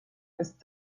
ist